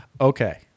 Okay